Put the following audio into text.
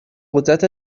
قدرت